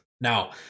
now